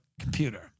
computer